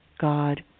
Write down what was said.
God